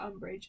Umbridge